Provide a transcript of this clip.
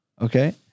okay